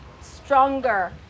stronger